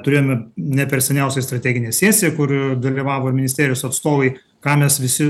turėjome ne per seniausiai strateginę sesiją kur dalyvavo ir ministerijos atstovai ką mes visi